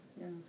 yes